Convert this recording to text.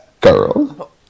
girl